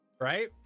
right